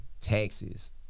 taxes